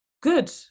Good